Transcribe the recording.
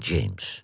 James